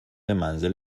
منزل